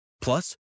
Plus